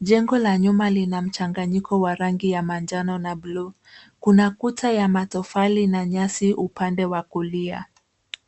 Jengo la nyuma lina mchanganyiko wa rangi ya manjano na bluu. Kuna kuta ya matofali na nyasi upande wa kulia.